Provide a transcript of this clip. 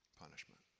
punishment